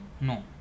No